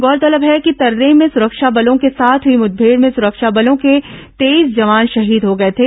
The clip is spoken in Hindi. गौरतलब है कि तर्रैम में सुरक्षा बलों के साथ हुई मुठभेड़ में सुरक्षा बलों के तेईस जवान शहीद हो गए थे